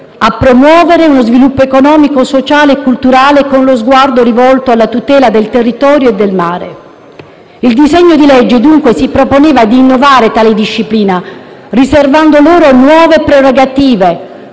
a promuovere uno sviluppo economico, sociale e culturale con lo sguardo rivolto alla tutela del territorio e del mare. Il disegno di legge, dunque, si proponeva di innovare tale disciplina, riservando loro nuove prerogative,